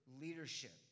leadership